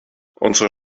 unsere